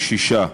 שישה.